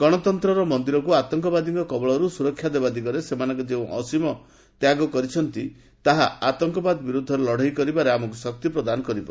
ଗଣତନ୍ତ୍ରର ମନ୍ଦିରକୁ ଆତଙ୍କବାଦୀଙ୍କ କବଳରୁ ସୁରକ୍ଷା ଦେବା ଦିଗରେ ସେମାନନେ ଯେଉଁ ଅସୀମ ତ୍ୟାଗ କରିଛନ୍ତି ତାହା ଆତଙ୍କବାଦ ବିରୋଧରେ ଲଡ଼େଇ କରିବାରେ ଆମକୁ ଶକ୍ତି ପ୍ରଦାନ କରିବ